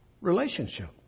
Relationship